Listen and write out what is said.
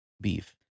beef